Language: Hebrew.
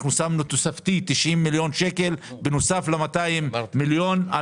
שמנו תוספתי 90 מיליון שקלים בנוסף ל-200 מיליון שקלים